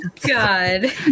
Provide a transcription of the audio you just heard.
God